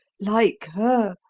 like her,